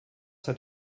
hat